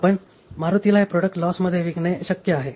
आपण मारुतीला हे प्रॉडक्ट लॉस मध्ये विकणे शक्य आहे